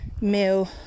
meal